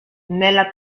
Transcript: nella